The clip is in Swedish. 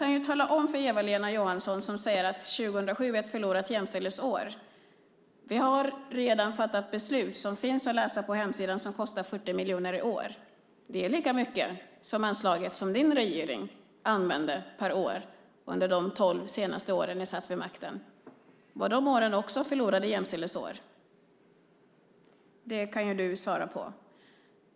Jag kan tala om för Eva-Lena Jansson, som säger att 2007 är ett förlorat jämställdhetsår, att vi redan har fattat beslut som kostar 40 miljoner i år. Man kan läsa om detta på hemsidan. Det är lika mycket som anslaget som din regering använde per år under de tolv senaste år ni satt vid makten. Var de åren också förlorade jämställdhetsår? Det kan du svara på.